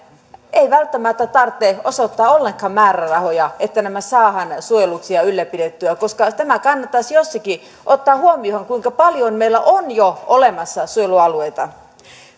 ei välttämättä tarvitse osoittaa ollenkaan määrärahoja että nämä saadaan suojelluksi ja ylläpidettyä tämä kannattaisi jossakin ottaa huomioon kuinka paljon meillä on jo olemassa suojelualueita